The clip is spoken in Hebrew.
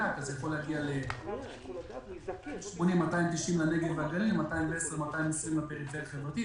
אז זה יכול להגיע ל-290-280 לנגב והגליל ו-220-210 לפריפריה החברתית